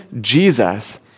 Jesus